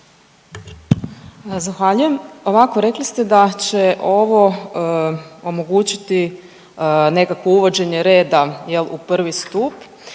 Zahvaljujem. Ovako, rekli ste da će ovo omogućiti nekakvo uvođenje reda jel u prvi stup,